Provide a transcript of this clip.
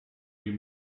you